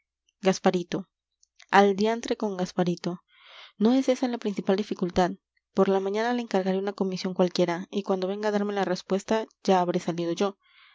cuál gasparito al diantre con gasparito no es esa la principal dificultad por la mañana le encargaré una comisión cualquiera y cuando venga a darme la respuesta ya habré salido yo